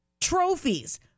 trophies